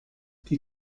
die